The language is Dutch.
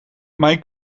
mijn